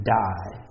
die